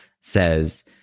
says